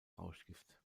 rauschgift